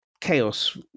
chaos